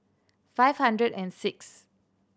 five hundred and sixth